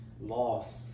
loss